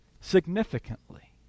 significantly